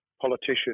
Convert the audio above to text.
politician